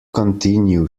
continue